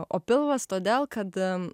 o pilvas todėl kad